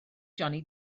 johnny